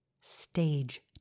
stage